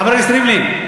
חבר הכנסת ריבלין,